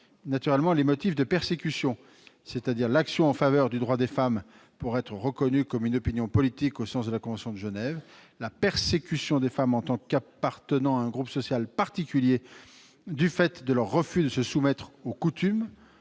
précise les motifs de persécution. L'action en faveur du droit des femmes peut être reconnue comme une opinion politique au sens de la convention de Genève ; la persécution des femmes en tant qu'appartenant à un groupe social particulier du fait de leur refus de se soumettre aux coutumes,